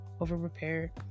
over-prepare